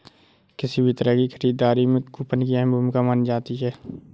किसी भी तरह की खरीददारी में कूपन की अहम भूमिका मानी जाती है